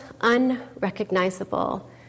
unrecognizable